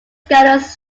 scanners